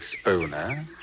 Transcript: Spooner